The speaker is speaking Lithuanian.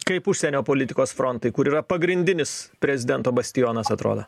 kaip užsienio politikos frontai kur yra pagrindinis prezidento bastionas atrodo